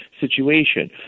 situation